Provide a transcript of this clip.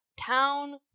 town